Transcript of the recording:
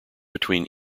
between